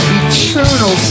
eternal